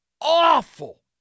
awful